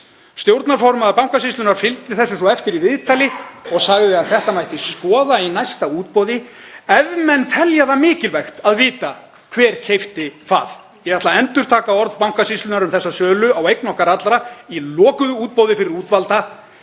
Stjórnarformaður Bankasýslunnar fylgdi þessu svo eftir í viðtali og sagði að þetta mætti skoða í næsta útboði ef menn teldu mikilvægt að vita hver keypti hvað. Ég ætla að endurtaka orð Bankasýslunnar um þessa sölu á eign okkar allra í lokuðu útboði fyrir útvalda: